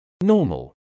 normal